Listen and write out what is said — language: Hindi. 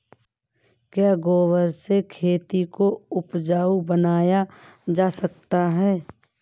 क्या गोबर से खेती को उपजाउ बनाया जा सकता है?